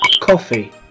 Coffee